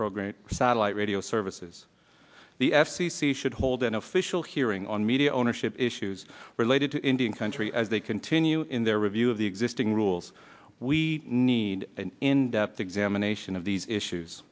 program satellite radio services the f c c should hold an official hearing on media ownership issues related to indian country as they continue in their review of the existing rules we need an in depth examination of these issues